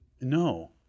No